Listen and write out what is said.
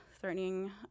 threatening